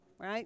Right